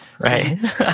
Right